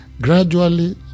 gradually